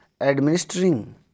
administering